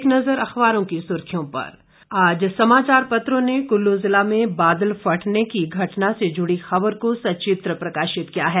एक नज़र अखबारों की सुर्खियों पर आज समाचार पत्रों ने कुल्लू ज़िला में बादल फटने की घटना से जुड़ी ख़बर को सचित्र प्रकाशित किया है